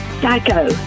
Psycho